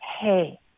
hey